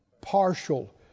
partial